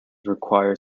require